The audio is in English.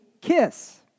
kiss